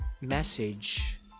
message